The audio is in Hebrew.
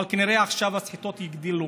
אבל כנראה עכשיו הסחיטות יגדלו.